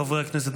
חברי הכנסת,